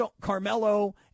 Carmelo